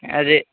ଆ ଯେ